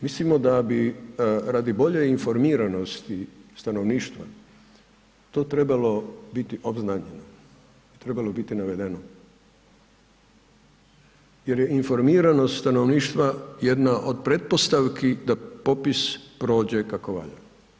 Mislimo da bi radi bolje informiranosti stanovništva to trebalo biti obznanjeno, trebalo biti navedeno jer je informiranost stanovništva jedna od pretpostavki da popis prođe kako valja.